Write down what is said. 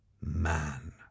man